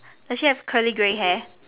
does she have curly grey hair